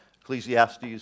Ecclesiastes